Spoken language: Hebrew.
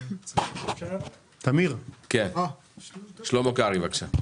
שלמה קרעי, בבקשה.